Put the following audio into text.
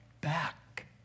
back